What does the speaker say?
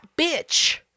bitch